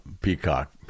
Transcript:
peacock